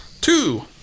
Two